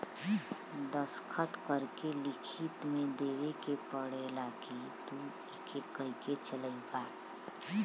दस्खत करके लिखित मे देवे के पड़ेला कि तू इके चलइबा